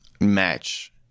match